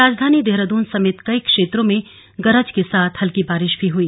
राजधानी देहरादून समेत कई क्षेत्रों में गरज के साथ हल्की बारिश भी हई